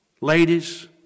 Ladies